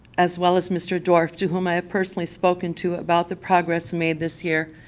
as well as mr. dorff to whom i have personally spoken to about the progress made this year,